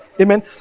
Amen